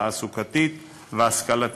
תעסוקתית והשכלתית.